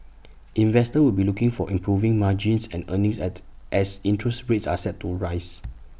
investors will be looking for improving margins and earnings at as interest rates are set to rise